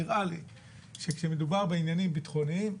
נראה לי שכשמדובר בעניינים ביטחוניים,